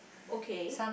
okay